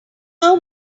how